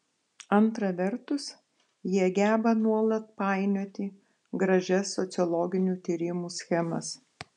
antra vertus jie geba nuolat painioti gražias sociologinių tyrimų schemas